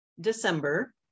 december